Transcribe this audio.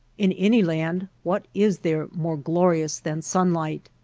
in any land what is there more glorious than sunlight!